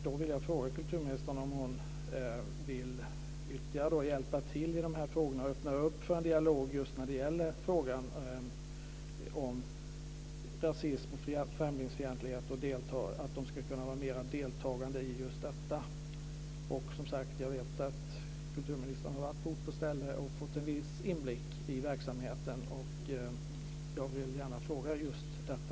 Då vill jag fråga kulturministern om hon vill ytterligare hjälpa till i de här frågorna och öppna för en dialog just när det gäller frågan om rasism och främlingsfientlighet och att de ska kunna vara mer deltagande i just detta. Jag vet, som sagt var, att kulturministern har varit på ort och ställe och fått en viss inblick i verksamheten. Jag vill gärna fråga om just detta.